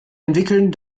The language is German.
entwickeln